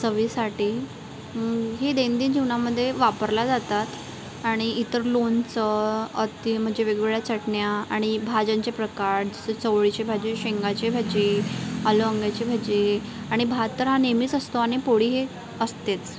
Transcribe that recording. चवीसाठी ही दैनंदिन जीवनामध्ये वापरला जातात आणि इतर लोणचं ते म्हणजे वेगवेगळ्या चटण्या आणि भाज्यांचे प्रकार च चवळीचे भाजी शेंगाची भाजी आलूवांग्याची भाजी आणि भात तर हा नेहमीच असतो आणि पोळीही असतेच